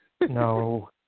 No